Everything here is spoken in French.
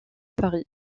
paris